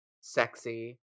sexy